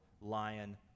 lion